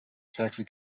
taxi